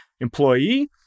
employee